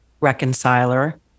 reconciler